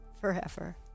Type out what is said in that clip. forever